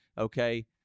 Okay